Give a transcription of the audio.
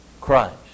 Christ